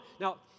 Now